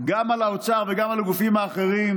גם על האוצר וגם על הגופים האחרים.